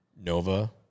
Nova